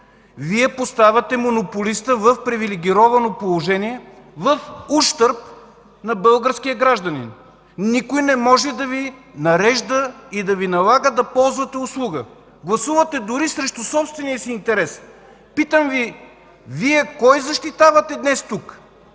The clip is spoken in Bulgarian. Вие поставяте монополиста в привилегировано положение в ущърб на българския гражданин. Никой не може да Ви нарежда и да Ви налага да ползвате услуга. Гласувате дори срещу собствения си интерес. Питам Ви: Вие кой защитавате днес тук